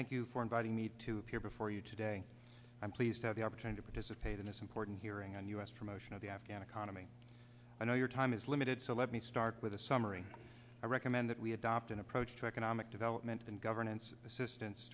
thank you for inviting me to appear before you today i'm pleased to have the opportunity to participate in this important hearing and us from ocean of the afghan economy i know your time is limited so let me start with a summary i recommend that we adopt an approach to economic development and governance assistance